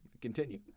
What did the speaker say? Continue